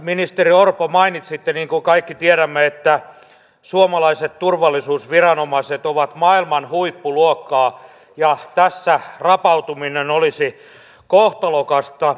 ministeri orpo mainitsitte että suomalaiset turvallisuusviranomaiset ovat maailman huippuluokkaa niin kuin kaikki tiedämme ja tässä rapautuminen olisi kohtalokasta